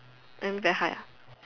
earn very high ah